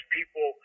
people